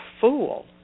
fool